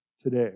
today